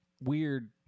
weird